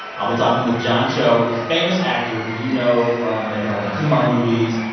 i'll be talking with john cho, the famous actor who you know from the harold and kumar movies,